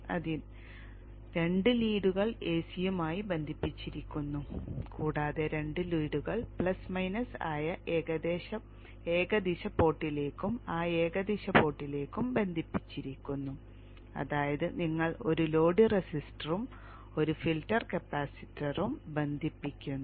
അതിനാൽ 2 ലീഡുകൾ എസിയുമായി ബന്ധിപ്പിച്ചിരിക്കുന്നു കൂടാതെ 2 ലീഡുകൾ പ്ലസ് മൈനസ് ആയ ഏകദിശ പോർട്ടിലേക്കും ആ ഏകദിശ പോർട്ടിലേക്കും ബന്ധിപ്പിച്ചിരിക്കുന്നു അതായത് നിങ്ങൾ ഒരു ലോഡ് റെസിസ്റ്ററും ഒരു ഫിൽട്ടർ കപ്പാസിറ്ററും ബന്ധിപ്പിക്കുന്നു